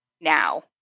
now